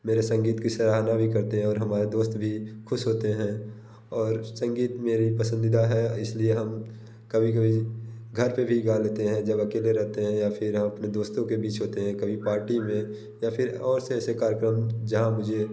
मेरे संगीत की सराहना भी करते हैं और हमारे दोस्त भी ख़ुश होते हैं और संगीत मेरा पसंदीदा है इस लिए हम कभी कभी घर पर भी गा लेते हैं जब अकेले रहते हैं या फिर हम अपने दोस्तों के बीच होते हैं कभी पार्टी में या फिर और से ऐसे कार्यक्रम जहाँ मुझे